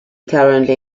currently